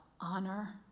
honor